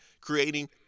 creating